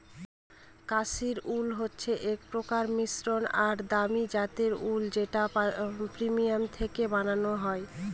Kashmiri wool হচ্ছে এক প্রকার মসৃন আর দামি জাতের উল যেটা পশমিনা থেকে বানানো হয়